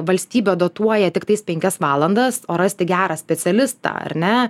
valstybė dotuoja tiktai penkias valandas o rasti gerą specialistą ar ne